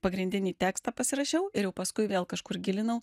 pagrindinį tekstą pasirašiau ir jau paskui vėl kažkur gilinau